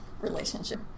relationship